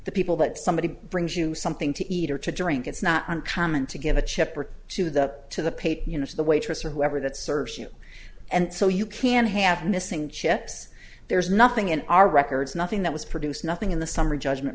the people that somebody brings you something to eat or to drink it's not uncommon to get a chip or to the to the pate you know to the waitress or whoever that serves you and so you can have missing chips there's nothing in our records nothing that was produced nothing in the summary judgment